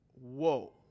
Whoa